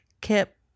Kip